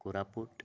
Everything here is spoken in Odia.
କୋରାପୁଟ